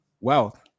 wealth